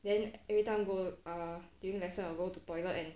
then every time go err during lesson I will go to toilet and